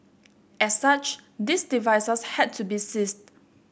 as such these devices had to be seized